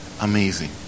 amazing